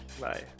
Bye